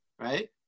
right